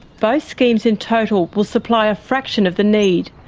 both schemes in total will supply a fraction of the need,